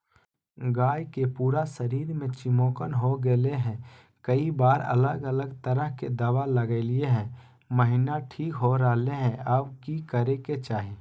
गाय के पूरा शरीर में चिमोकन हो गेलै है, कई बार अलग अलग तरह के दवा ल्गैलिए है महिना ठीक हो रहले है, अब की करे के चाही?